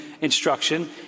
instruction